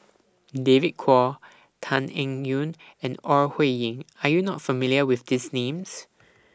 David Kwo Tan Eng Yoon and Ore Huiying Are YOU not familiar with These Names